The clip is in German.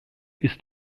ist